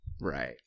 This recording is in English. Right